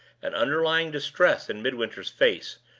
an underlying distress in midwinter's face,